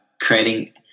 creating